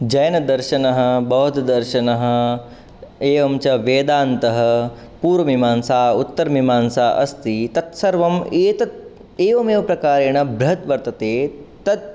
जैनदर्शनं बौद्धदर्शनम् एवञ्च वेदान्तः पूर्वमीमांसा उत्तरमीमांसा अस्ति तत् सर्वम् एतत् एवमेव प्रकारेण बृहत् वर्तते तत्